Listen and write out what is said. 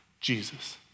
Jesus